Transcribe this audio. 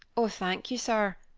oh, thank you, sir!